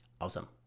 awesome